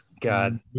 God